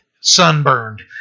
sunburned